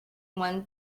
one